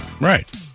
right